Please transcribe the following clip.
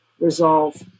resolve